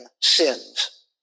sins